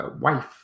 wife